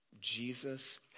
Jesus